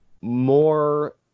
more